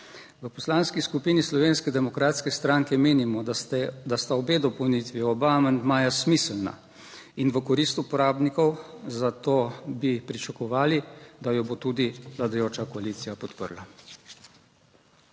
V Poslanski skupini Slovenske demokratske stranke menimo, da sta oba amandmaja smiselna in v korist uporabnikov, zato bi pričakovali, da jo bo tudi vladajoča koalicija podprla.